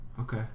Okay